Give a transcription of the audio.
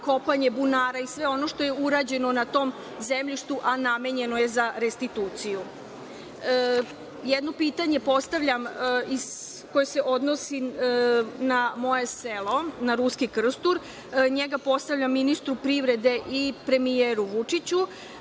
kopanje bunara i sve ono što je urađeno na tom zemljištu, a namenjeno je za restituciju. **Olena Papuga** Jedno pitanje postavljam a odnosi se na moje selo, na Ruski Krstur, njega postavljam ministru privrede i premijeru Vučiću,